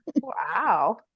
wow